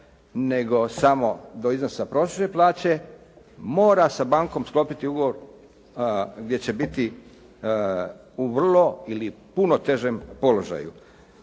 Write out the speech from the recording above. nego samo do iznosa prosječne plaće, mora sa bankom sklopiti ugovor gdje će biti u vrlo težem položaju.